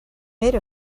made